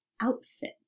outfit